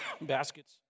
baskets